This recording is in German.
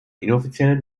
inoffizielle